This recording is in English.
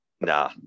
Nah